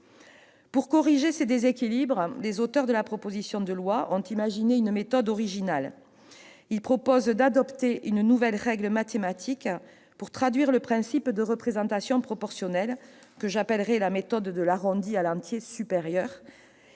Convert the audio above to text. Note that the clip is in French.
Pour corriger ces déséquilibres, les auteurs de la proposition de loi ont imaginé une méthode originale. Ils proposent d'adopter une nouvelle règle mathématique pour traduire le principe de représentation proportionnelle, règle que j'appellerai la méthode de l'arrondi à l'entier supérieur.